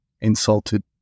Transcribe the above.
insulted